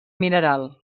mineral